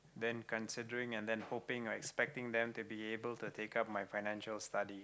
then considering and then hoping like expecting them to be able to take up my financial study